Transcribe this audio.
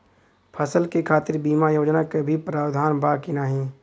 फसल के खातीर बिमा योजना क भी प्रवाधान बा की नाही?